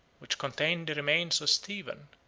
which contained the remains of stephen,